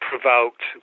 provoked